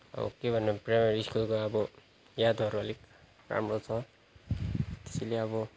अब के भनौँ प्रायःहरू स्कुलको अब यादहरू अलिक राम्रो छ त्यसैले अब